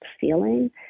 feeling